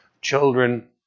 children